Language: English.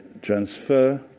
transfer